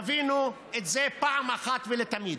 תבינו את זה אחת ולתמיד: